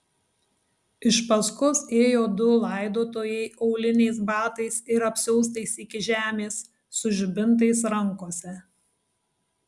iš paskos ėjo du laidotojai auliniais batais ir apsiaustais iki žemės su žibintais rankose